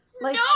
No